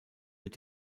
mit